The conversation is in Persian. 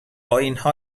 آئینها